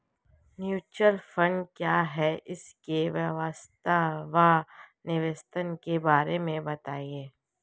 Mutual fund क्या है इसकी विशेषता व निवेश के बारे में बताइये?